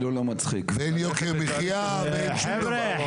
ואין יוקר מחיה ואין שום דבר.